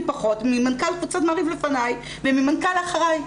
פחות ממנכ"ל קבוצת מעריב לפניי ומהמנכ"ל אחריי.